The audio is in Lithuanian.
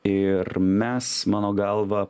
ir mes mano galva